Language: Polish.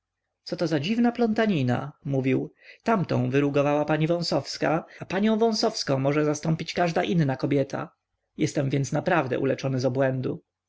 władzę coto za dziwna plątanina mówił tamtą wyrugowała pani wąsowska a panią wąsowską może zastąpić każda inna kobieta jestem więc naprawdę uleczony z obłędu